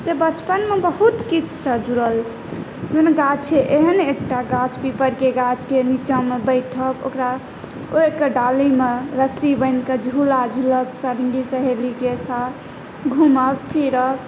से बचपनमे बहुत किछुसँ जुड़ल छै कोनो गाछ छै एहन एकटा गाछ पीपरके गाछके नीचाँमे बैठब ओकरा ओहिके डालीमे रस्सी बान्हिके झूला झूलब सङ्गी सहेलीके साथ घूमब फिरब